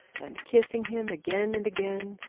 and kissing him again and again,